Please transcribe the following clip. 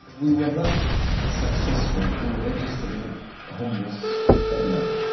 we were not successful in registering hummus for lebanon